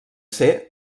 ser